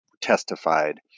testified